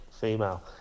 female